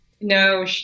No